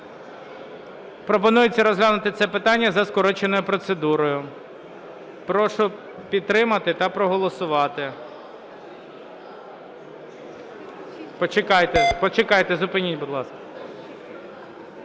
Пропонується розглянути це питання за скороченою процедурою. Прошу підтримати та проголосувати. Почекайте. Почекайте. Зупиніть, будь ласка.